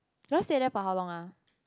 you all stay there for how long ah